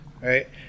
right